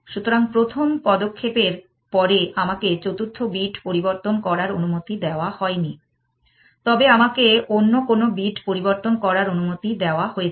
সুতরাং প্রথম পদক্ষেপের পরে আমাকে চতুর্থ বিট পরিবর্তন করার অনুমতি দেওয়া হয়নি তবে আমাকে অন্য কোনো বিট পরিবর্তন করার অনুমতি দেওয়া হয়েছে